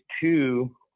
two